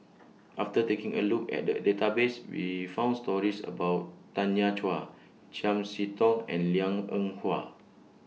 after taking A Look At The Database We found stories about Tanya Chua Chiam See Tong and Liang Eng Hwa